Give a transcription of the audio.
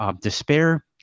despair